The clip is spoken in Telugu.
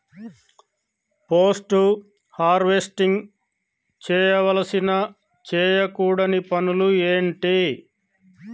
పోస్ట్ హార్వెస్టింగ్ చేయవలసిన చేయకూడని పనులు ఏంటి?